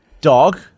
Dog